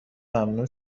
ممنوع